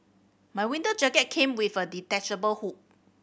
my winter jacket came with a detachable hood